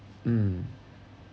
mm